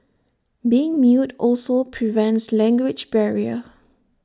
being mute also prevents language barrier